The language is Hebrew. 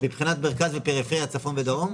מבחינת מרכז ופריפריה צפון ודרום?